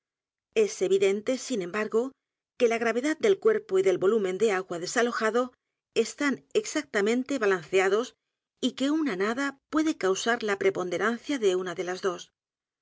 es evidente sin embargo que la gravedad del cuerpo y del volumen de a g u a desalojado están exactamente balanceados y que una nada puede causar la preponderancia de una de las dos